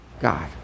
God